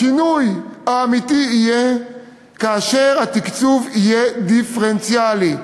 השינוי האמיתי יהיה כאשר התקצוב יהיה דיפרנציאלי,